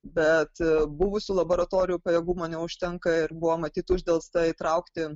bet buvusių laboratorijų pajėgumų neužtenka ir buvo matyt uždelsta įtraukti